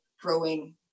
growing